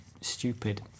stupid